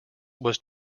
was